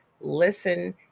listen